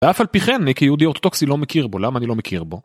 ואף על פי כן, אני כיהודי אורתודוקסי לא מכיר בו, למה אני לא מכיר בו?